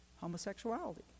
homosexuality